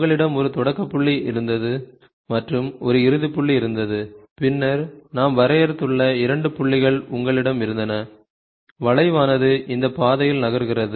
உங்களிடம் ஒரு தொடக்கப் புள்ளி இருந்தது மற்றும் ஒரு இறுதிப் புள்ளி இருந்தது பின்னர் நாம் வரையறுத்துள்ள இரண்டு புள்ளிகள் உங்களிடம் இருந்தன வளைவானது இந்த பாதையில் நகர்கிறது